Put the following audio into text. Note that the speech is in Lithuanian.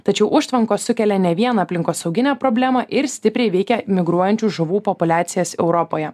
tačiau užtvankos sukelia ne vieną aplinkosauginę problemą ir stipriai veikia migruojančių žuvų populiacijas europoje